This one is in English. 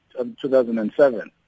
2007